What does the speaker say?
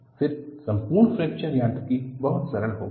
फिर संपूर्ण फ्रैक्चर यांत्रिकी बहुत सरल हो गयी